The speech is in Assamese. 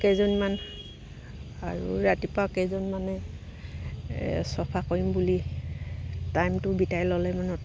কেইজনীমান আৰু ৰাতিপুৱা কেইজনীমানে চফা কৰিম বুলি টাইমটো বিটাই ল'লে মানে